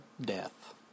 death